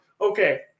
Okay